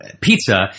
pizza